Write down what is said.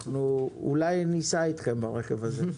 אולי אנחנו ניסע אתכם ברכב הזה.